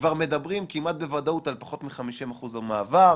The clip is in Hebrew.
כבר מדברים כמעט בוודאות על פחות מ-50% מעבר.